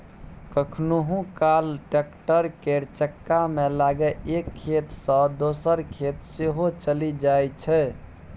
कखनहुँ काल टैक्टर केर चक्कामे लागि एक खेत सँ दोसर खेत सेहो चलि जाइ छै